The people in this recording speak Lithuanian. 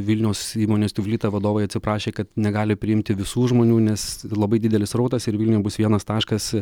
vilniaus įmonės tiuflita vadovai atsiprašė kad negali priimti visų žmonių nes labai didelis srautas ir vilniuje bus vienas taškas